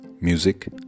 Music